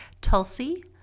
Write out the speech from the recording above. tulsi